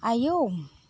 आयौ